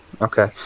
Okay